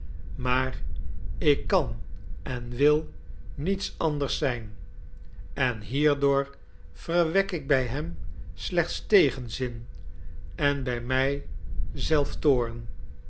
maar ik kan en wil niets anders zijn en hierdoor verwek ik bij hem slechts tegenzin en bij mij zelf toorn